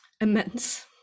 immense